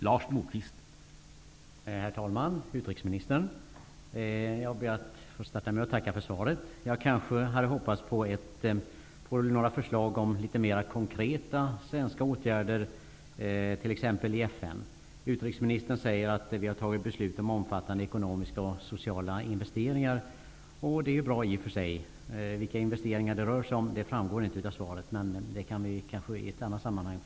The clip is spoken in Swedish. Herr talman! Jag ber att få starta med att tacka utrikesministern för svaret. Jag kanske hade hoppats på förslag till mer konkreta svenska åtgärder t.ex. i FN. Utrikesministern säger att vi har fattat beslut om omfattande ekonomiska och sociala investeringar, och det är ju bra i och för sig. Vilka investeringar det rör sig om framgår inte av svaret, men det kan vi kanske få svar på i ett annat sammanhang.